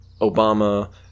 Obama